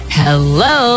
hello